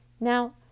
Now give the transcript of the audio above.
Now